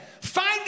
find